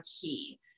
key